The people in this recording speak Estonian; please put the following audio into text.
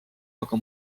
aga